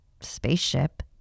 spaceship